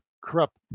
corrupt